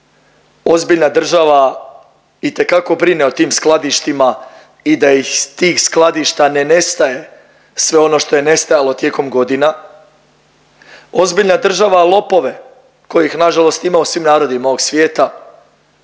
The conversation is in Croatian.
ozbiljna država itekako brine o tim skladištima i da iz tih skladišta ne nestaje sve ono što je nestajalo tijekom godina. Ozbiljna država lopove, kojih nažalost ima u svim narodima ovog svijeta,